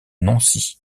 nancy